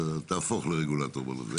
אתה עוד תהפוך לרגולטור בנושא.